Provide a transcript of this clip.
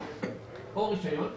או רישיון,